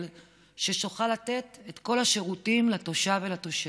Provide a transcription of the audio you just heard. ושתוכל לתת את כל השירותים לתושב ולתושבת.